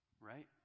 right